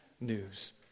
news